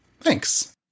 Thanks